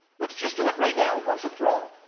let's just do it right now once and for all.